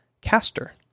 caster